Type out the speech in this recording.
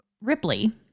Ripley